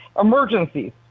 emergencies